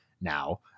Now